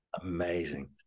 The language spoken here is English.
Amazing